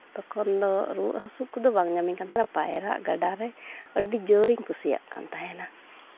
ᱛᱚᱠᱷᱚᱱ ᱫᱚ ᱨᱩᱣᱟᱹ ᱦᱟᱹᱥᱩ ᱠᱚᱫᱚ ᱵᱟᱝ ᱧᱟᱢᱤᱧ ᱠᱟᱱ ᱛᱟᱦᱮᱱᱟ ᱯᱟᱭᱨᱟᱜ ᱜᱟᱰᱟᱨᱮ ᱟᱹᱰᱤ ᱡᱳᱨᱤᱧ ᱠᱩᱥᱤᱭᱟᱜ ᱠᱟᱱ ᱛᱟᱦᱮᱱᱟ